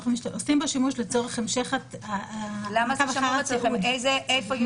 אנחנו עושים בו שימוש לצורך המשך --- איפה יש